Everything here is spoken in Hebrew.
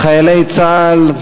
חיילי צה"ל,